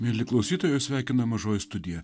mieli klausytojai jus sveikina mažoji studija